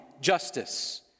justice